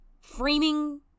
framing